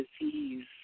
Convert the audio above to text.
disease